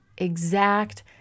exact